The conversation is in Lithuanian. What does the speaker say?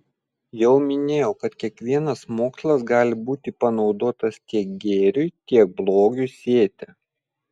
jau minėjau kad kiekvienas mokslas gali būti panaudotas tiek gėriui tiek blogiui sėti